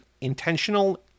intentional